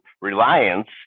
reliance